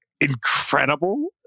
incredible